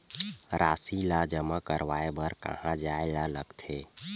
राशि ला जमा करवाय बर कहां जाए ला लगथे